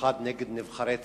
במיוחד נגד נבחרי ציבור.